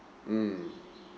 mm